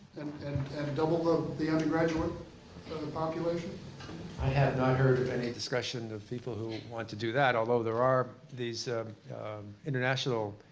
and and double the the undergraduate population? larson i have not heard of any discussion of people who want to do that, although there are these international